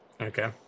Okay